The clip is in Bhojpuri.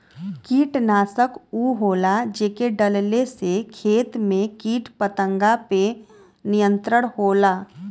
कीटनाशक उ होला जेके डलले से खेत में कीट पतंगा पे नियंत्रण होला